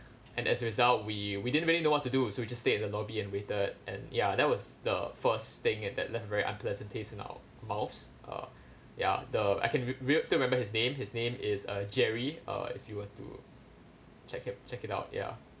and as a result we we didn't really don't know what to do so we just stayed at the lobby and waited and ya that was the first thing at that left very unpleasant taste in our mouths uh ya the I can re~ still remember his name his name is uh jerry uh if you want to check it check it out ya